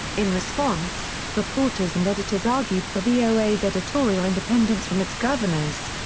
in response, reporters and editors argued for voa's editorial independence from its governors.